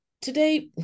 Today